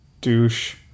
douche